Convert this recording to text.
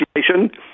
Association